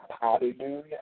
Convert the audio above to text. Hallelujah